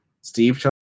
Steve